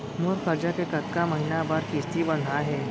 मोर करजा के कतका महीना बर किस्ती बंधाये हे?